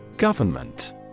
Government